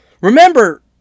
remember